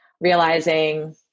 realizing